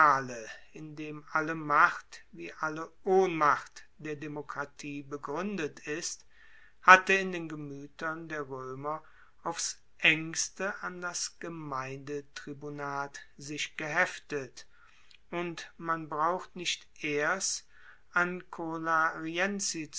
in dem alle macht wie alle ohnmacht der demokratie begruendet ist hatte in den gemuetern der roemer aufs engste an das gemeindetribunat sich geheftet und man braucht nicht erst an